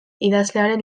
idazlearen